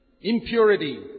impurity